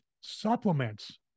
Supplements